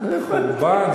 חורבן.